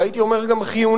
והייתי אומר גם חיוני,